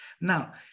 Now